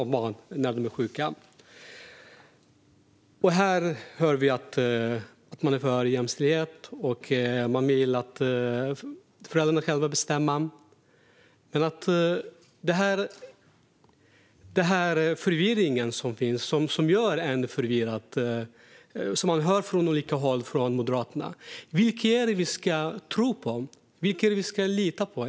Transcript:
Och här i kammaren hör vi att man är för jämställdhet och att man vill att föräldrarna själva ska få bestämma. Allt det som hörs från olika håll inom Moderaterna skapar förvirring. Vem ska vi tro och lita på?